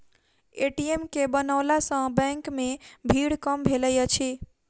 ATM के बनओला सॅ बैंक मे भीड़ कम भेलै अछि